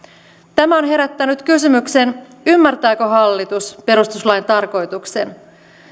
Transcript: tämä on herättänyt kysymyksen ymmärtääkö hallitus perustuslain tarkoituksen